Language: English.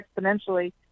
exponentially